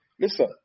Listen